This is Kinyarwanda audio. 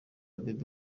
bebe